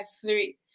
three